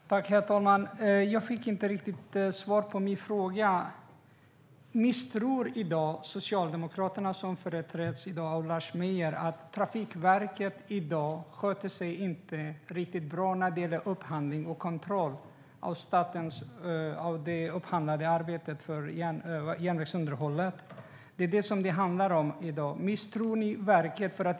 Herr talman! Jag fick inte riktigt svar på min fråga. Misstror Socialdemokraterna, som i dag företräds av Lars Mejern Larsson, Trafikverket och tycker att det i dag inte sköter sig riktigt bra när det gäller upphandling och kontroll av det upphandlade arbetet för järnvägsunderhållet? Det är vad det handlar om i dag. Misstror ni verket?